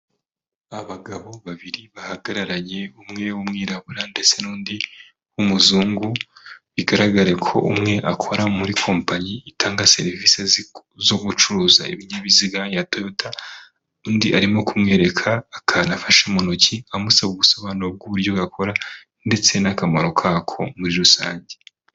Abagabo babiri bahagararanye, umwe w'umwirabura ndetse n'undi w'umuzungu, bigaragare ko umwe akora muri kompanyi itanga serivisi zo gucuruza ibinyabiziga ya Toyota, undi arimo kumwereka akantu afashe mu ntoki, amusaba ubusobanuro bw'uburyo gakora ndetse n'akamaro kako muri rusange.